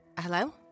Hello